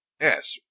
Yes